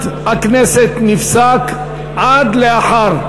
הצעת החוק עברה.